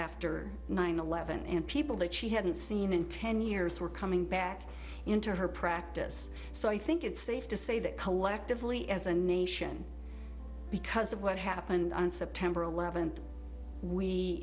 after nine eleven and people that she hadn't seen in ten years were coming back into her practice so i think it's safe to say that collectively as a nation because of what happened on september eleventh we